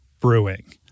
Brewing